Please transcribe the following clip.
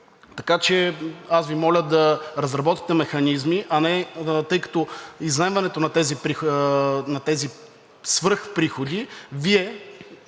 Така че, аз Ви моля да разработите механизми, тъй като изземването на тези свръхприходи, Вие